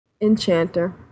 enchanter